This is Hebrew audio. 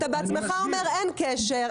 אתה בעצמך אומר שאין קשר.